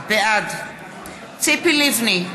בעד ציפי לבני,